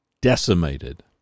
decimated